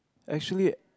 actually